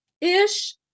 ish